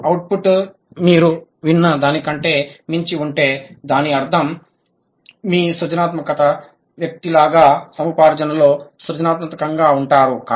మీ output మీరు విన్న దానికంటే మించి ఉంటే దాని అర్థం మీరు సృజనాత్మక వ్యక్తిలాగా సముపార్జనలో సృజనాత్మకంగా ఉంటారు